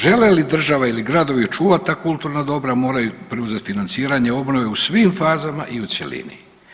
Žele li država ili gradovi očuvati ta kulturna dobra, moraju preuzeti financiranje obnove u svim fazama i u cjelini.